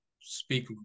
speak